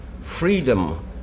freedom